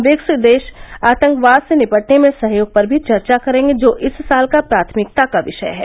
BRICS देश आतंकवाद से निपटने में सहयोग पर भी चर्चा करेंगे जो इस साल का प्राथमिकता का विषय है